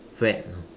fad you know